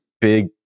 big